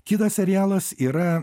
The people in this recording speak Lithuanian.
kitas serialas yra